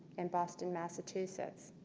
and boston, massachusetts.